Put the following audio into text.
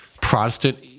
Protestant